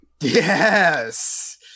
Yes